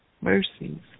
mercies